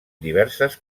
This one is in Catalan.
diverses